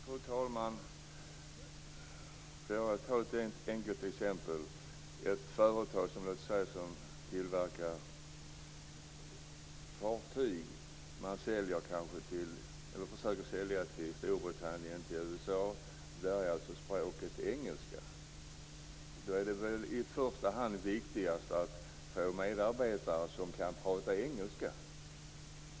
Fru talman! Jag skall ta ett enkelt exempel, nämligen ett företag som tillverkar fartyg och försöker sälja till Storbritannien och USA där språket är engelska. Då är det väl viktigast att få medarbetare som kan tala engelska?